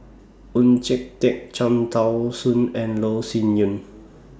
Oon Jin Teik Cham Tao Soon and Loh Sin Yun